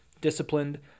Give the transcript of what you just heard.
disciplined